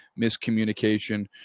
miscommunication